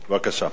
בבקשה.